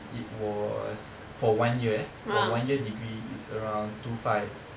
it was for one year eh for one year degree is around two five